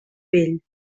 vell